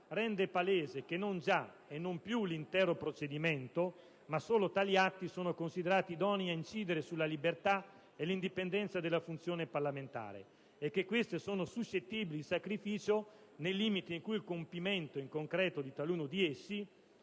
rende palese che non già e non più l'intero procedimento, ma solo tali atti sono considerati idonei a incidere sulla libertà e l'indipendenza della funzione parlamentare, e che queste sono suscettibili di sacrificio nei limiti in cui il compimento in concreto di taluno di